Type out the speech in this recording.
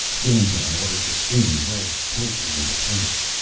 dandtan ordered the screen wedged tightly into place.